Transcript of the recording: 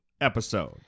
episode